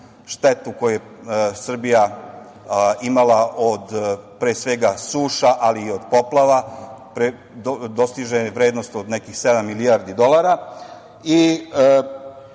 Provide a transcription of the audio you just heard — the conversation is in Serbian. štetu koju je Srbija imala od suša, ali i od poplava dostiže vrednost od nekih sedam milijardi dolara.